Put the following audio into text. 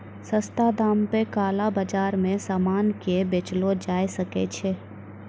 सस्ता दाम पे काला बाजार मे सामान के बेचलो जाय सकै छै